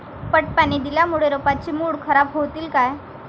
पट पाणी दिल्यामूळे रोपाची मुळ खराब होतीन काय?